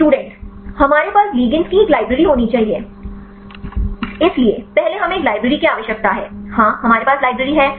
student हमारे पास ligands की एक लाइब्रेरी होनी चाहिए इसलिए पहले हमें एक लाइब्रेरी की आवश्यकता है हां हमारे पास लाइब्रेरी है